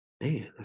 man